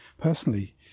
Personally